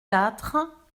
quatre